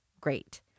great